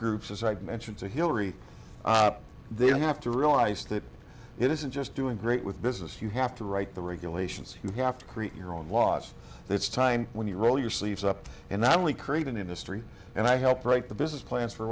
groups as i mentioned to hillary they have to realize that it isn't just doing great with business you have to write the regulations you have to create your own laws it's time when you roll your sleeves up and not only create an industry and i helped write the business plans for